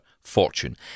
fortune